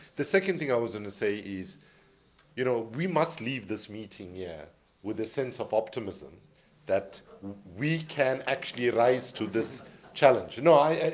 the second thing i was gonna say is you know we must leave this meeting here yeah with a sense of optimism that we can actually rise to this challenge. no, i,